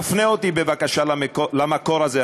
תפנה אותי בבקשה למקור הזה.